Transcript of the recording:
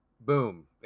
boom